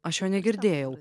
aš jo negirdėjau